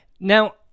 Now